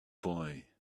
boy